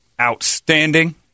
Outstanding